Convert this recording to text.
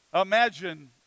Imagine